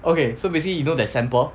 okay so basically you know there's sample